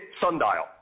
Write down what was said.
Sundial